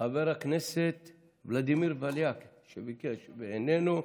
חבר הכנסת ולדימיר בליאק, שביקש, איננו,